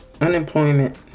unemployment